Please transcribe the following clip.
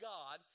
God